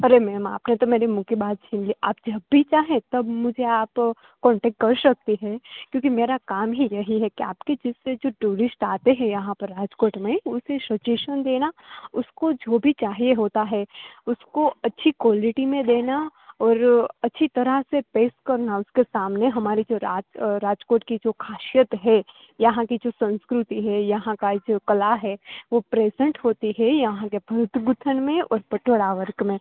અરે મેમ આપને તો મેરી મુંહ કી બાત છીન લી આપ જબ ભી ચાહે તબ મુઝે આપ કોન્ટેક્ટ કર સકતી હે કયુંકી મેરા કામ હી યહી હે કી આપકી જૈસે જો ટુરિસ્ટ આતે હૈ યહાં પર રાજકોટ મેં ઉસે સજેશન દેના ઉસકો જો ભી ચાહીએ હોતા હૈ ઉસકો અચ્છી કોલીટી મેં દેના ઓર અચ્છી તરહ સે પેસ કરના ઉસકે સામને હમારી જો રાજકોટ કી જો ખાસિયત હૈ યહાં કી જો સંસ્કૃતિ હૈ યહાં કા યે જો કલા હે વો પ્રેઝેન્ટ હોતી હૈ યહાં કે ભરત ગૂંથણ મેં ઓર પટોળાં વર્ક મેં